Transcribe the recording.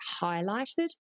highlighted